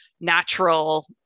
natural